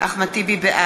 נגד